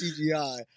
CGI